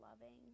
loving